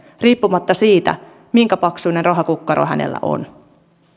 riippumatta siitä minkä paksuinen rahakukkaro hänellä on